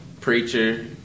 Preacher